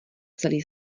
celý